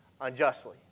unjustly